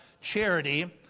charity